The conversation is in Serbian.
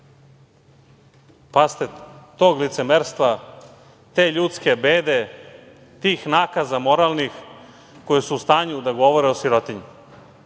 tog licemerstva, te ljudske bede, tih nakaza moralnih, koji su u stanju da govore o sirotinji.